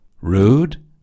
Rude